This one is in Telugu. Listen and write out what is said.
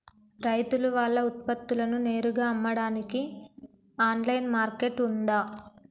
రైతులు వాళ్ల ఉత్పత్తులను నేరుగా అమ్మడానికి ఆన్లైన్ మార్కెట్ ఉందా?